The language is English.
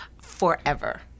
forever